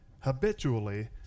habitually